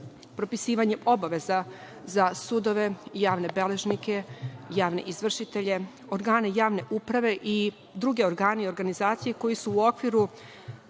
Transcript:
propisivanjem obaveza za sudove i javne beležnike, javne izvršitelje, organe javne uprave i drugi organi i organizacije koji su u okviru